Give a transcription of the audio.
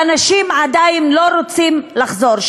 ואנשים עדיין לא רוצים לחזור.